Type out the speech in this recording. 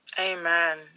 Amen